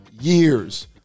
years